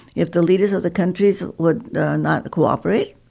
if the leaders of the countries would not cooperate,